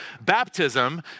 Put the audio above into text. baptism